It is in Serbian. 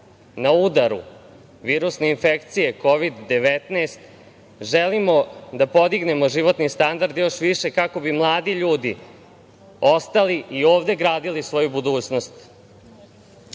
na udaru virusne infekcije Kovid-19, želimo da podignemo životni standard još više kako bi mladi ljudi ostali i ovde gradili svoju budućnost. Što